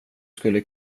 skulle